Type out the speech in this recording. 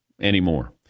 anymore